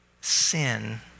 sin